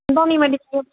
Multani மிட்டிக்கு